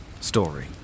story